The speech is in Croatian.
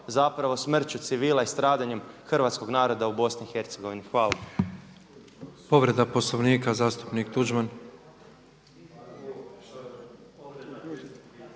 zapravo smrću civila i stradanjem hrvatskog naroda u BiH. Hvala.